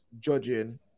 judging